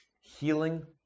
healing